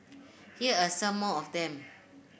here are some more of them